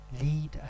Lead